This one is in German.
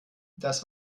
das